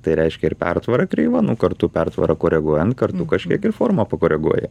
tai reiškia ir pertvara kreiva nu kartu pertvarą koreguojant kartu kažkiek ir formą pakoreguoja